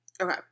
Okay